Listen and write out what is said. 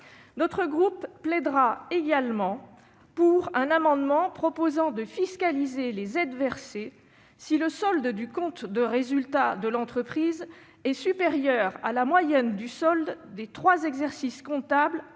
Notre groupe plaidera également pour un amendement proposant de fiscaliser les aides versées, si le solde du compte de résultat de l'entreprise est supérieur à la moyenne du solde des trois exercices comptables